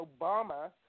Obama